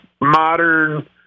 modern